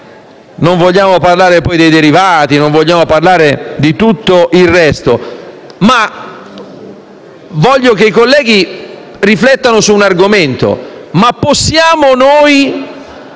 Non vogliamo parlare poi dei derivati e di tutto il resto, ma voglio che i colleghi riflettano su un argomento. Possiamo noi